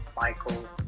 michael